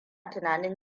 tunanin